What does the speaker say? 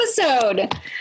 episode